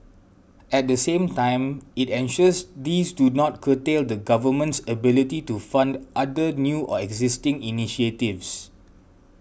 at the same time it ensures these do not curtail the Government's ability to fund other new or existing initiatives